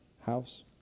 house